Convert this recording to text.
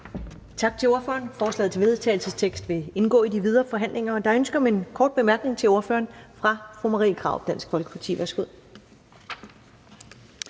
Tak til ordføreren. Forslaget til vedtagelse vil indgå i de videre forhandlinger. Og der er ønske om en kort bemærkning til ordføreren fra fru Marie Krarup, Dansk Folkeparti. Værsgo.